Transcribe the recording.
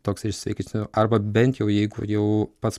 toks iš sveikesnių arba bent jau jeigu jau pats